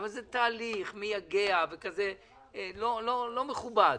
אבל זה תהליך מייגע ולא מכובד.